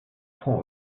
prend